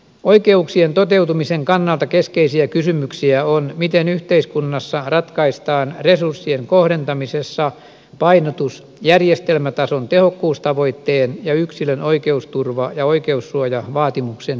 oikeuksien toteutumisen kannalta keskeisiä kysymyksiä on miten yhteiskunnassa ratkaistaan resurssien kohdentamisessa painotus järjestelmätason tehokkuustavoitteen ja yksilön oikeusturva ja oikeussuojavaatimuksen kesken